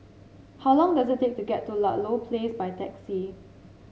how long does it take to get to Ludlow Place by taxi